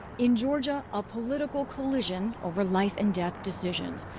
in georgia, a political collision over life-and-death decisions.